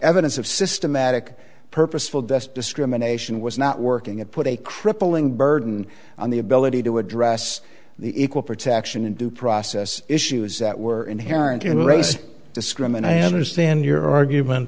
evidence of systematic purposeful dest discrimination was not working it put a crippling burden on the ability to address the equal protection and due process issues that were inherent in race discrimination understand your argument